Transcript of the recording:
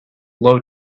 low